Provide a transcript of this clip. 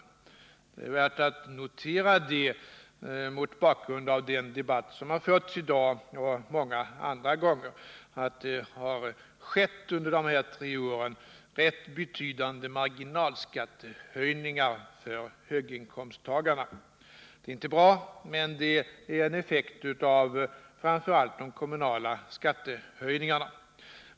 Det är värt att notera det mot bakgrund av den debatt som har förts i dag och många andra gånger. Det är inte bra. men det är en effekt framför allt av de kommunala skattehöjningarna.